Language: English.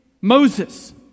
Moses